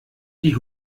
die